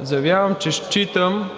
заявявам, че считам,